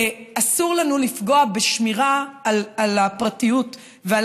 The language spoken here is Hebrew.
אסור לנו לפגוע בשמירה על הפרטיות ועל